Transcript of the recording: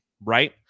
right